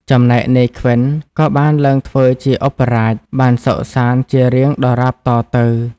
ចំណែក នាយខ្វិន ក៏បានឡើងធ្វើជាឧបរាជ បានសុខសាន្តជារៀងដរាបតទៅ។